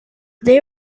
they